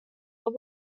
was